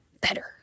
better